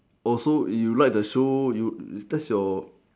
oh so you like the show you that's your